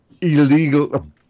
illegal